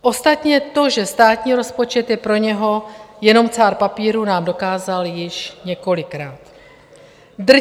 Ostatně to, že státní rozpočet je pro něho jenom cár papíru, nám dokázal již několikrát.